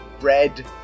red